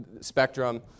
spectrum